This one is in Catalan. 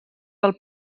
del